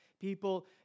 people